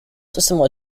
dissimilar